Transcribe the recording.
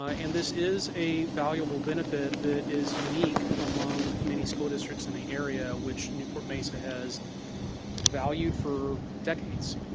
ah and this is a valuable benefit that is unique among many school districts in the area, which newport-mesa has valued for decades.